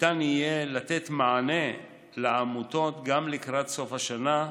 ניתן יהיה לתת מענה לעמותות גם לקראת סוף השנה,